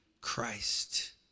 Christ